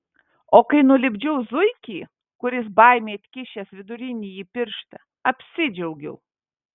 o kai nulipdžiau zuikį kuris baimei atkišęs vidurinįjį pirštą apsidžiaugiau